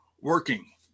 working